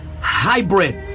hybrid